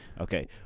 Okay